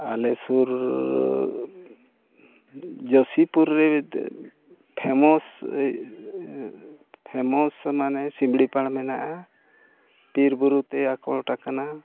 ᱟᱞᱮ ᱥᱩᱨ ᱡᱳᱥᱤᱯᱩᱨ ᱨᱮ ᱯᱷᱮᱢᱟᱥ ᱯᱷᱮᱢᱟᱥ ᱢᱟᱱᱮ ᱥᱤᱢᱲᱤᱯᱟᱲ ᱢᱮᱱᱟᱜᱼᱟ ᱵᱤᱨᱼᱵᱩᱨᱩ ᱛᱮ ᱟᱠᱚᱴ ᱟᱠᱟᱱᱟ